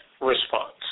response